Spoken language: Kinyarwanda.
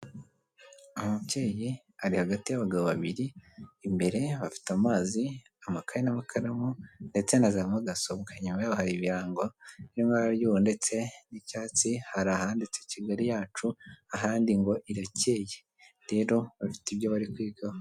Ababyeyi bari hagati y'abagabo babiri, imbere bafite amazi, amakaye n'amakaramu, ndetse na za mudasobwa. Inyuma yabo hari ibirango biri mu ibara ry'ubururu ndetse n'icyatsi, hari ahanditse Kigali yacu, ahandi ngo irakeye, rero bafite ibyo bari kwigaho.